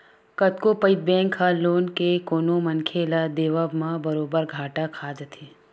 कतको पइत बेंक ह लोन के कोनो मनखे ल देवब म बरोबर घाटा खा जाथे